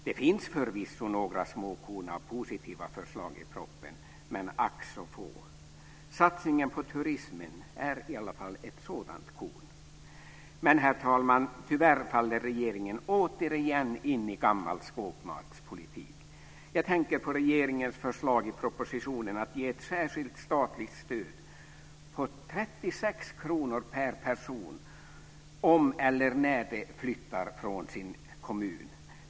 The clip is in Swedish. Det finns förvisso några små korn av positiva förslag i propositionen, men ack så få. Satsningen på turismen är i alla fall ett sådant korn. Men, herr talman, tyvärr faller regeringen återigen in i gammal skåpmatspolitik. Jag tänker på regeringens förslag i propositionen att ge ett särskilt statligt stöd på 36 kr per person om eller när de flyttar från sin kommun.